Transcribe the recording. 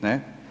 Ne.